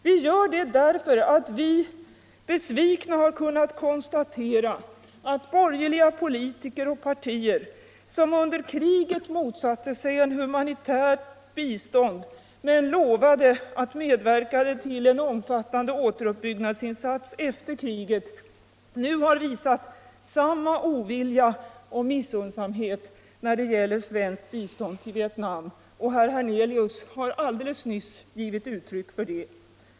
Vi gör det därför att vi besvikna har kunnat konstatera att borgerliga politiker och partier, som under kriget motsatte sig ett humanitärt bistånd men som lovade att medverka till en omfattande återuppbyggnadsinsats efter kriget, nu har visat samma ovilja och missunnsamhet när det gäller svenskt bistånd till Vietnam. Herr Hernelius har alldeles nyss givit uttryck för det.